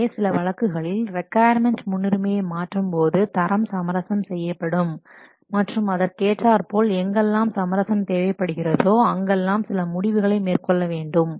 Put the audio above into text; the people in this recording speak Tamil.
எனவே சில வழக்குகளில் ரிக்கொயர்மென்ட் முன்னுரிமையை மாற்றும்போது தரம் சமரசம் செய்யப்படும் மற்றும் அதற்கேற்றார்போல் எங்கெல்லாம் சமரசம் தேவைப்படுகிறதோ அங்கெல்லாம் சில முடிவுகளை மேற்கொள்ளவேண்டும்